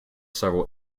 several